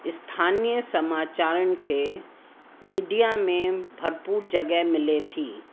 स्थानीअ समाचारनि खे मीडिया में भरपूर जॻह मिले थी